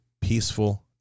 peaceful